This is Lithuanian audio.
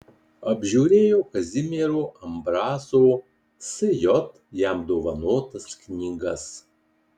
apžiūrėjo kazimiero ambraso sj jam dovanotas knygas